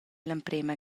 l’emprema